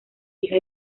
hija